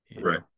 Right